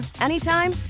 anytime